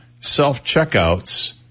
self-checkouts